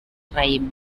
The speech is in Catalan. raïm